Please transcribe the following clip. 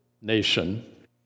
nation